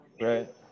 Right